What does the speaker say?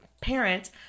parent